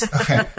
Okay